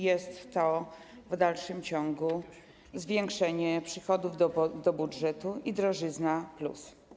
Jest to w dalszym ciągu zwiększenie przychodów do budżetu i drożyzna+.